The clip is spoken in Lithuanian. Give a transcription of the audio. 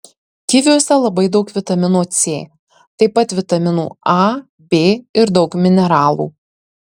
kiviuose labai daug vitamino c taip pat vitaminų a b ir daug mineralų